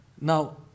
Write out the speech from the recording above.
Now